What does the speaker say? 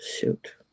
shoot